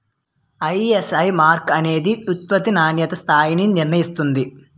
ISI mark అనేది ఉత్పత్తి నాణ్యతా స్థాయిని నిర్ణయిస్తుంది